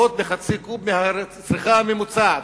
פחות מחצי קוב מהצריכה הממוצעת.